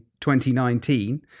2019